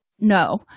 No